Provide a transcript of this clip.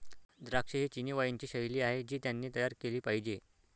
द्राक्षे ही चिनी वाइनची शैली आहे जी त्यांनी तयार केली पाहिजे